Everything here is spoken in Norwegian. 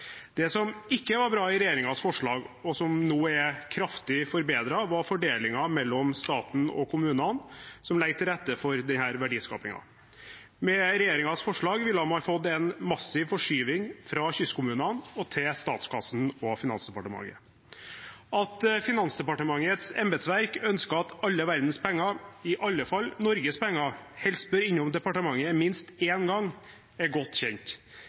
Det som ikke var bra i regjeringens forslag, og som nå er kraftig forbedret, var fordelingen mellom staten og kommunene som legger til rette for denne verdiskapingen. Med regjeringens forslag ville man fått en massiv forskyvning fra kystkommunene og til statskassen og Finansdepartementet. At Finansdepartementets embetsverk ønsker at alle verdens penger, iallfall Norges penger, helst bør innom departementet minst én gang, er godt kjent,